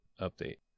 update